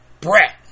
Brett